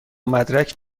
مدرک